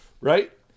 right